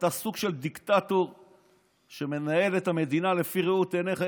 אתה סוג של דיקטטור שמנהל את המדינה לפי ראות עיניך,